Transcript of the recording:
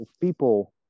people